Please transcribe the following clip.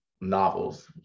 novels